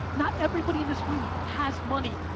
not everybody in this room has money.